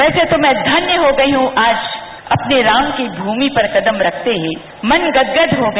वैसे तो मैं धनय हो गई हूं आज अपने राम की भूमि पर कदम रखते ही मन गदगद हो गया